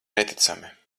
neticami